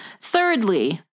Thirdly